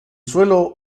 suelo